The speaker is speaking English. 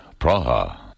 Praha